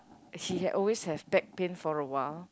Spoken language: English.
he had always have back pain for awhile